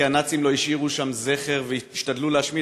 כי הנאצים לא השאירו שם זכר והשתדלו להשמיד